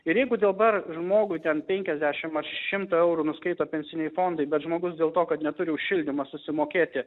ir jeigu dėlbar žmogui ten penkiasdešim ar šimtą eurų nuskaito pensiniai fondai bet žmogus dėl to kad neturi už šildymą susimokėti